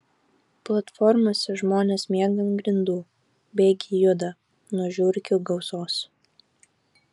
platformose žmonės miega ant grindų bėgiai juda nuo žiurkių gausos